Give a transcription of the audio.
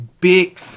big